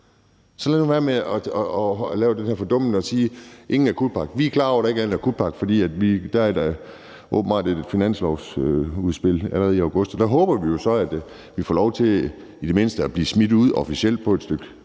Så lad nu være med at lave det her fordummende og sige: Ingen akutpakke. Vi er klar over, at der ikke er en akutpakke, fordi der åbenbart er et finanslovsudspil allerede i august. Og der håber vi jo så, at vi i Nye Borgerlige får lov til i det mindste at blive smidt ud officielt på et stykke